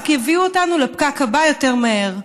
רק יביאו אותנו לפקק הבא יותר מהר,